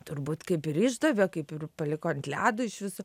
turbūt kaip ir išdavė kaip ir paliko ant ledo iš viso